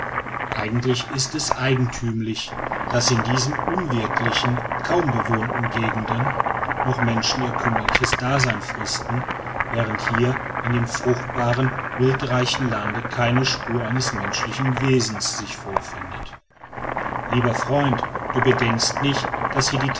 eigentlich ist es eigentümlich daß in diesen unwirtlichen kaum bewohnten gegenden noch menschen ihr kümmerliches dasein fristen während hier in dem fruchtbaren wildreichen lande keine spur eines menschlichen wesens sich vorfindet lieber freund du bedenkst nicht daß